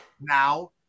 now